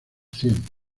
cien